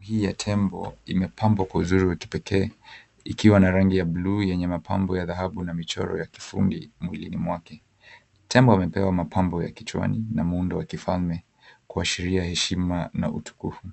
Hii ya tembo imepambwa kwa uzuri wa kipekee ikiwa na rangi ya blue yenye mapambo ya dhahabu na michoro ya kifundi mwilini mwake. Tembo amepewa mapambo ya kichwani na muundo wa kifalme kuashiria heshima na utukufu.